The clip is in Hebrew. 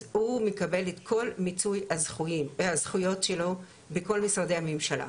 אז הוא מקבל את כל מיצוי הזכויות שלו בכל משרדי הממשלה,